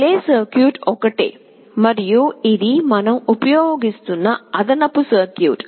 relay circuit ఒకటే మరియు ఇది మనం ఉపయోగిస్తున్న అదనపు సర్క్యూట్